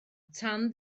tan